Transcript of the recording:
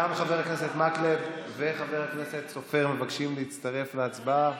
גם חבר הכנסת מקלב וחבר הכנסת סופר מבקשים להצטרף להצבעה,